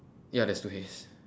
ya there's two hays